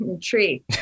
tree